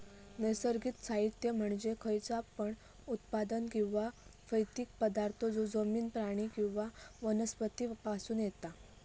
नैसर्गिक साहित्य म्हणजे खयचा पण उत्पादन किंवा भौतिक पदार्थ जो जमिन, प्राणी किंवा वनस्पती पासून येता